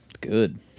Good